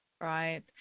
right